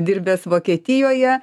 dirbęs vokietijoje